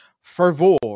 fervor